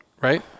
Right